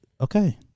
Okay